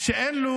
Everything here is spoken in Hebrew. שאין לו